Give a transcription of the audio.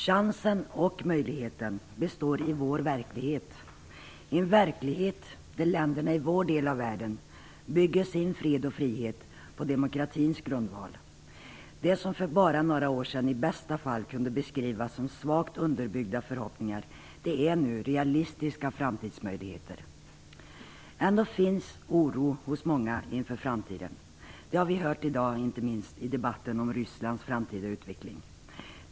Chansen och möjligheten består i vår verklighet, där länderna i vår del av världen bygger sin fred och frihet på demokratins grundval. Det som för bara några år sedan kunde beskrivas som svagt underbyggda förhoppningar är nu realistiska framtidsmöjligheter. Ändå finns oro hos många inför framtiden. Det har vi hört i dag, inte minst i debatten om Rysslands framtid och utveckling.